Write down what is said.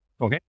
okay